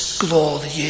glory